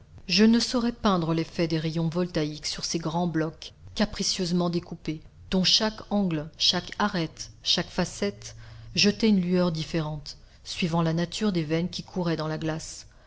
je ne saurais peindre l'effet des rayons voltaïques sur ces grands blocs capricieusement découpés dont chaque angle chaque arête chaque facette jetait une lueur différente suivant la nature des veines qui couraient dans la glace